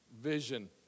Vision